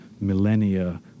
millennia